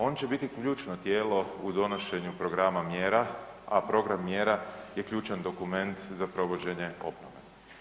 On će biti ključno tijelo u donošenju programa mjera, a program mjera je ključan dokument za provođenje obnove.